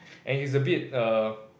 and he's a bit err